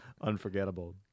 unforgettable